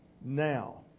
now